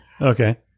Okay